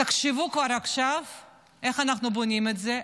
תחשבו כבר עכשיו איך אנחנו בונים את זה,